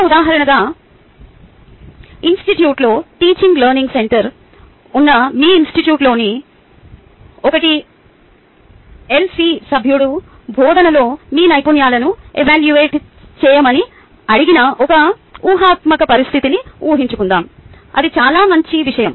ఒక ఉదాహరణగా ఇన్స్టిట్యూట్లో టీచింగ్ లెర్నింగ్ సెంటర్ ఉన్న మీ ఇనిస్టిట్యూట్లోని ఒక టిఎల్సి సభ్యుడు బోధనలో మీ నైపుణ్యాలను ఎవాల్యూట్ చేయమని అడిగిన ఒక ఊహాత్మక పరిస్థితిని ఊహించుకుందాం అది చాలా మంచి విషయం